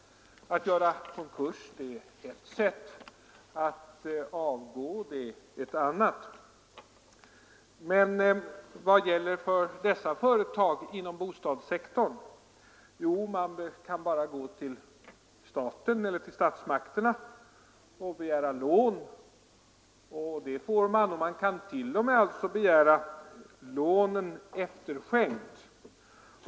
Att göra konkurs är ett sätt, att avgå är ett annat. Men vad gäller för dessa företag inom bostadssektorn? Jo, man kan bara gå till statsmakterna och begära lån, och dem får man. Man kan t.o.m., begära att lånen efterskänks.